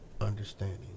understanding